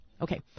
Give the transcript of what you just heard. okay